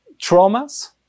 traumas